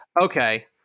Okay